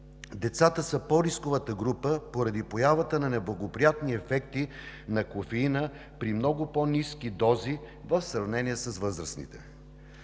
Децата са по-рисковата група поради появата на неблагоприятни ефекти на кофеина при много по-ниски дози в сравнение с възрастните.